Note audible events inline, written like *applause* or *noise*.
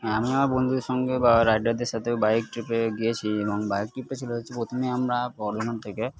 *unintelligible* আমি আমার বন্ধুদের সঙ্গে বা রাইডারদের সাথেও বাইক ট্রিপে গিয়েছি এবং বাইক ট্রিপটা ছিল হচ্ছে প্রথমেই আমরা বর্ধমান থেকে